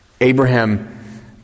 Abraham